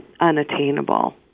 unattainable